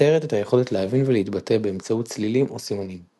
- מתארת את היכולת להבין ולהתבטא באמצעות צלילים או סימנים.